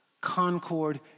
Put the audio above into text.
concord